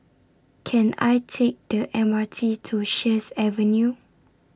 Can I Take The M R T to Sheares Avenue